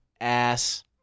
ass